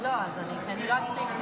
אני לא אספיק,